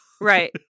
right